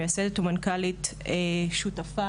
מייסדת ומנכ"לית שותפה